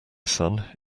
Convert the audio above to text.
son